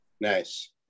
nice